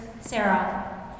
Sarah